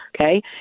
okay